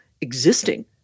existing